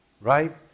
Right